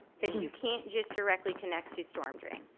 cause you can't just directly connect to storm drain,